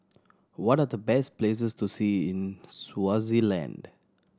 what are the best places to see in Swaziland